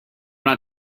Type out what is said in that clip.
not